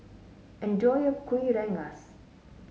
enjoy your Kuih Rengas